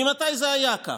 ממתי זה היה כך?